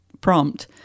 prompt